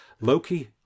Loki